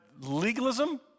legalism